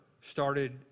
started